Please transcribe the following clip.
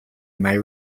may